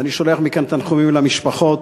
ואני שולח מכאן תנחומים למשפחות,